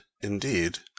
indeed